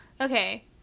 Okay